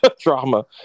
Drama